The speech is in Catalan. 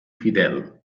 fidel